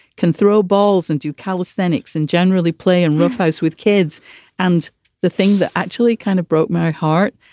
can throw balls and do calisthenics and generally play and roughhouse with kids and the thing that actually kind of broke my heart,